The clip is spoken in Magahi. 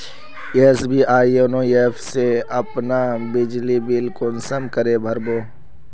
एस.बी.आई योनो ऐप से अपना बिजली बिल कुंसम करे भर बो?